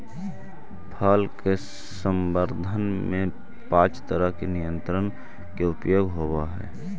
फल के संवर्धन में पाँच तरह के नियंत्रक के उपयोग होवऽ हई